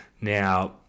Now